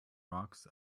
rocks